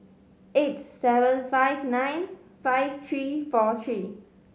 eight seven five nine five three four three